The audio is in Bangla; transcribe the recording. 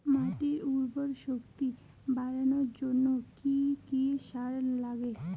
মাটির উর্বর শক্তি বাড়ানোর জন্য কি কি সার লাগে?